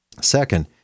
Second